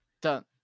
done